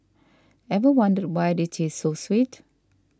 ever wondered why they taste so sweet